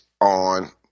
on